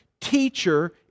teacher